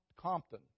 compton